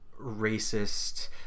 racist